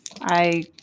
I-